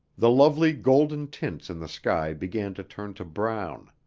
the lovely golden tints in the sky began to turn to brown.